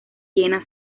siena